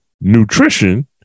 nutrition